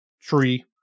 tree